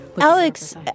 Alex